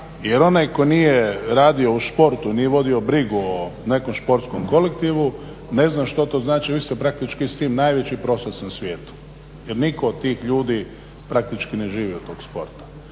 jer onaj koji nije radio u športu, nije vodio brigu o nekom športskom kolektivu ne znam što to znači, vi ste praktički sa time najveći …/Govornik se ne razumije./… na svijetu jer nitko od tih ljudi praktički ne živi od tog sporta.